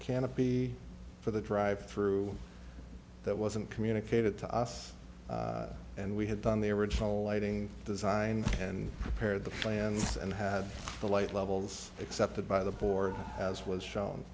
canopy for the drive through that wasn't communicated to us and we had done the original lighting design and pared the plans and had the light levels accepted by the board as was shown